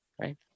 right